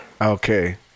Okay